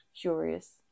curious